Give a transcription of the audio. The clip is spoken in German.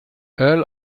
earl